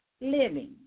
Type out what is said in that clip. living